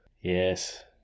Yes